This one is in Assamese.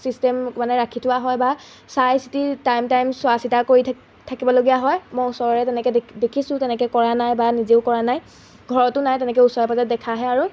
চিষ্টেম মানে ৰাখি থোৱা হয় বা চাই চিতি টাইম টাইম চোৱা চিতা কৰি থাক থাকিবলগীয়া হয় মই ওচৰৰে তেনেকৈ দেখ দেখিছোঁ তেনেকৈ কৰা নাই বা নিজেও কৰা নাই ঘৰতো নাই তেনেকৈ ওচৰে পাজৰে দেখাহে আৰু